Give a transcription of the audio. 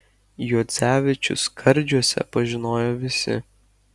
juodzevičių skardžiuose pažinojo visi